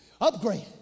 Upgrade